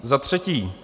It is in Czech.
Za třetí.